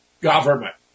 government